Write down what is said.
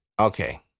okay